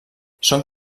són